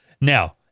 now